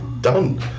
done